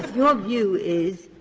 your view is,